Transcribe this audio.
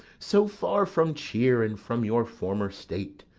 so far from cheer and from your former state.